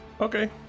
Okay